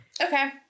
Okay